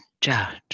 judge